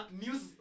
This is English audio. news